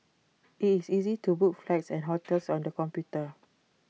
IT is easy to book flights and hotels on the computer